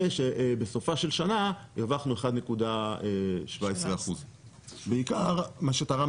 ושבסופה של שנה הרווחנו 1.17%. בעיקר מה שתרם